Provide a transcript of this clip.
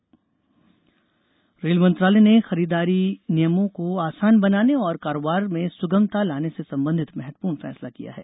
railway खरीद rail मंत्रालय ने खरीददारी नियमों को आसान बनाने और कारोबार में सुगमता लाने से संबंधित महत्वपूर्ण फैसला किया है